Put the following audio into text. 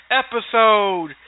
episode